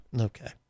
Okay